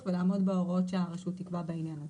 ולעמוד בדרישות שהרשות תקבע בעניין הזה.